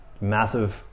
massive